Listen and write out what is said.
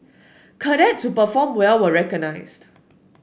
cadets who performed well were recognised